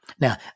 Now